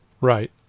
Right